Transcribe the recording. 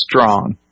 strong